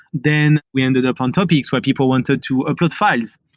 then we ended up um topics where people wanted to upload files.